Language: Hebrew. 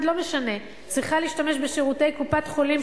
לא משנה - צריכה להשתמש בשירותי קופת-חולים,